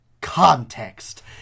context